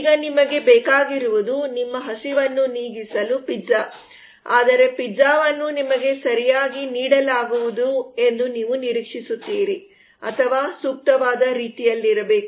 ಈಗ ನಿಮಗೆ ಬೇಕಾಗಿರುವುದು ನಿಮ್ಮ ಹಸಿವನ್ನು ನೀಗಿಸಲು ಪಿಜ್ಜಾ ಆದರೆ ಪಿಜ್ಜಾವನ್ನು ನಿಮಗೆ ಸರಿಯಾಗಿ ನೀಡಲಾಗುವುದು ಎಂದು ನೀವು ನಿರೀಕ್ಷಿಸುತ್ತೀರಿ ಅಥವಾ ಸೂಕ್ತವಾದ ರೀತಿಯಲ್ಲಿರಬೇಕು